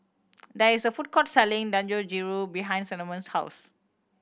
there is a food court selling Dangojiru behind Cinnamon's house